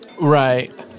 Right